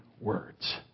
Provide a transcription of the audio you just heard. words